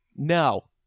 no